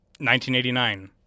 1989